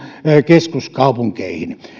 keskuskaupunkeihin